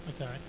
Okay